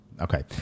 Okay